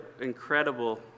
incredible